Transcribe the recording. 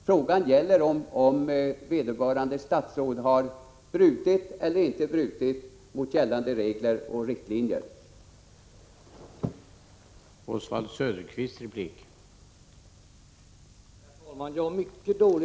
Frågan gäller om vederbörande statsråd har brutit mot gällande regler och riktlinjer eller inte.